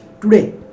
today